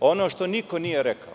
Ono što niko nije rekao,